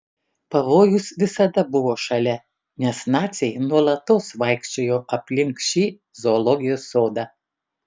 pavojus visada buvo šalia nes naciai nuolatos vaikščiojo aplink šį zoologijos sodą